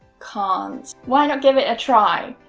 can't. why not give it a try?